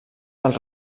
dels